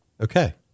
Okay